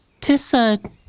Tissa